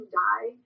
die